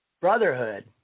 brotherhood